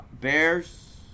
Bears